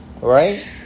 Right